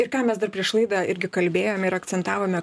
ir ką mes dar prieš laidą irgi kalbėjome ir akcentavome